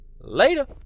Later